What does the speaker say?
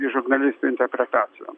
į žurnalistų interpretaciją